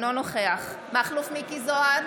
אינו נוכח מכלוף מיקי זוהר,